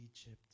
Egypt